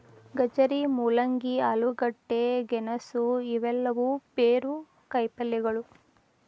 ಗಜ್ಜರಿ, ಮೂಲಂಗಿ, ಆಲೂಗಡ್ಡೆ, ಗೆಣಸು ಇವೆಲ್ಲವೂ ಬೇರು ಕಾಯಿಪಲ್ಯಗಳು